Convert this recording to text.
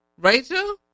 Rachel